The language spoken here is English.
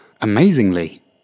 Amazingly